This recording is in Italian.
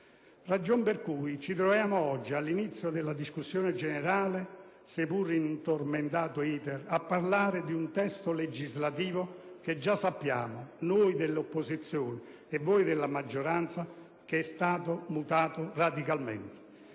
Ragion per cui ci troviamo oggi, all'inizio della discussione generale, sia pur in un tormentato *iter*, a parlare di un testo legislativo che già sappiamo, noi dell'opposizione e voi della maggioranza, che è stato modificato radicalmente.